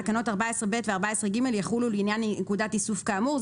תקנות 14ב ו-14ג יחולו לעניין נקודת איסוף כאמור.".